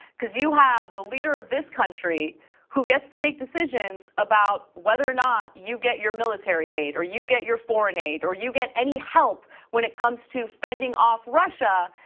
cuz you have the leader of this country who gets to make decisions about whether or not you get your military aid or you get your foreign aid or you get any help when it comes to fending off russia,